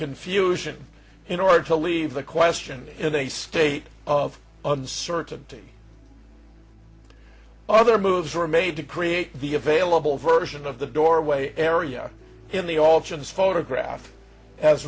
confusion in order to leave the question in a state of uncertainty other moves were made to create the available version of the doorway area in the all shien's photograph as